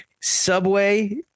Subway